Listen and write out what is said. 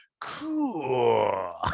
cool